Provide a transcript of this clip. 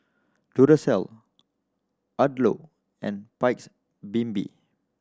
Duracell Odlo and Paik's Bibim